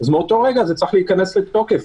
מאותו רגע זה צריך להיכנס לתוקף.